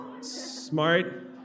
smart